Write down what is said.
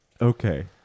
Okay